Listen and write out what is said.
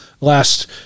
last –